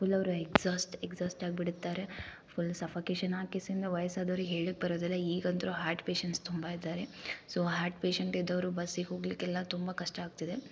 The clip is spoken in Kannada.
ಫುಲ್ ಅವ್ರು ಎಗ್ಸಾಸ್ಟ್ ಎಗ್ಸಾಸ್ಟ್ ಆಗ್ಬಿಡ್ತಾರೆ ಫುಲ್ ಸಫಕೇಷನ್ ಆಗೋ ಕೆಸಿಂದ ವಯಸ್ಸಾದವ್ರಿಗೆ ಹೇಳೋಕ್ ಬರೋದಿಲ್ಲ ಈಗಂತು ಹಾರ್ಟ್ ಪೇಶೆಂಟ್ಸ್ ತುಂಬ ಇದ್ದಾರೆ ಸೊ ಹಾರ್ಟ್ ಪೇಶಂಟ್ ಇದ್ದವ್ರು ಬಸ್ಸಿಗೆ ಹೋಗ್ಲಿಕ್ಕೆ ಎಲ್ಲ ತುಂಬ ಕಷ್ಟ ಆಗ್ತಿದೆ